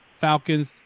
Falcons